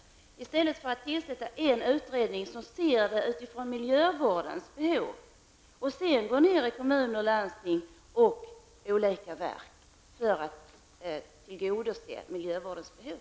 I stället borde det tillsättas en utredning som utreder med utgångspunkt i miljövårdens behov och därefter går ner på nivån med kommuner, landsting och olika verk och på så sätt tillgodose miljövårdens behov.